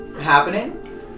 happening